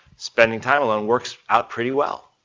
spending time alone works out pretty well.